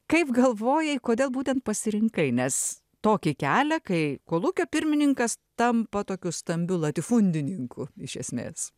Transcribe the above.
kaip galvojai kodėl būtent pasirinkai nes tokį kelią kai kolūkio pirmininkas tampa tokiu stambiu latifundininku iš esmės